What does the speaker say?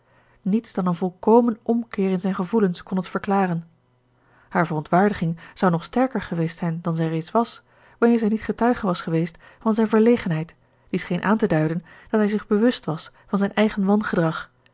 niets dan een volkomen omkeer in zijn gevoelens kon het verklaren haar verontwaardiging zou nog sterker geweest zijn dan zij reeds was wanneer zij niet getuige was geweest van zijn verlegenheid die scheen aan te duiden dat hij zich bewust was van zijn eigen wangedrag